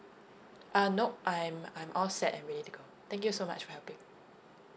uh nope I'm I'm all set and ready to go thank you so much for helping